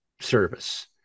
service